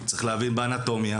צריך להבין באנטומיה,